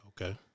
Okay